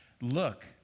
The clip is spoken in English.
Look